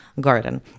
garden